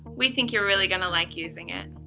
we think you're really going to like using it.